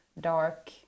dark